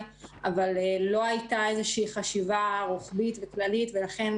אבל לא הייתה איזו שהיא חשיבה רוחבית וכללית ולכן,